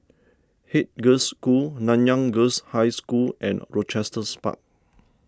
Haig Girls' School Nanyang Girls' High School and Rochester's Park